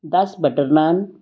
ਦਸ ਬਟਰ ਨਾਨ